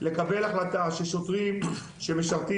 לקבל החלטה ששוטרים שמשרתים